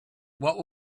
what